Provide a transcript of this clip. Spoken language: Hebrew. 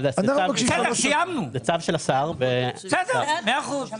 בסדר, מאה אחוז.